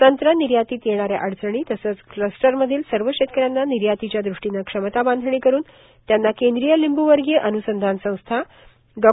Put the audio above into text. संत्रा निर्यातीत येणाऱ्या अडचणी तसंच क्लस्टरमधील सर्व शेतकऱ्यांना निर्यातीच्या दृष्टीनं क्षमता बांधणी करून त्यांना केंद्रीय लिंबू वर्गीय अन्संधान संस्था डॉ